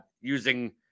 using